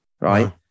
right